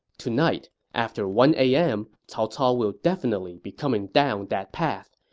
tonight, after one a m, cao cao will definitely be coming down that path.